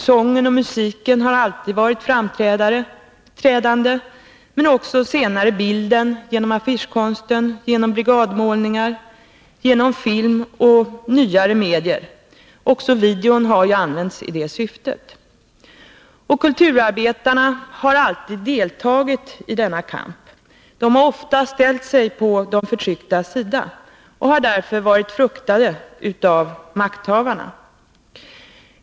Sången och musiken har alltid varit framträdande, men senare också bilden genom affischkonsten, genom brigadmålningar, genom film och genom nyare medier. Också videon har använts i detta syfte. Kulturarbetarna har alltid deltagit i denna kamp. De har ofta ställt sig på de förtrycktas sida och har därför varit fruktade av makthavarna.